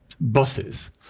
buses